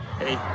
hey